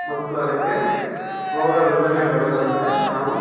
ಮತ್ತು ಅದಕ್ಕೆ ರೋಗ ರುಜಿನ ಬರದಂತೆ ನಾವು